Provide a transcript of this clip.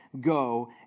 go